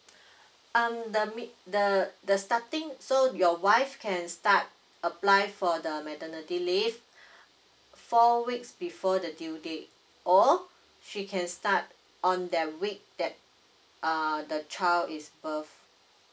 um the mid the the starting so your wife can start apply for the maternity leave four weeks before the due date or she can start on that week that uh the child is birth